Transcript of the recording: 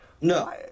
no